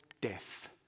death